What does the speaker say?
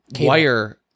wire